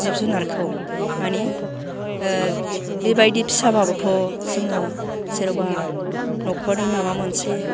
जिब जुनारखौ माने बेबादि फिसियाबाबोथ' जोङो जेन'बा नखरनि माबा मोनसे